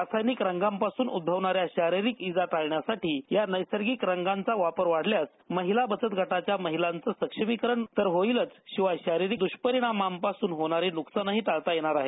रासायनिक रांगांपासून उद्धभवणाऱ्या शारिरीक इजा टाळण्यासाठी या नैसर्गिक रंगांचा वापर वाढल्यास महिला बचत गटाच्या महिलाचं सक्षमीकरण तर होईलच शिवाय शारिरीक द्रष्परिणामांपासून होणारे नुकसानही टाळता येणार आहे